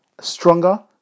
stronger